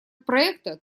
проекта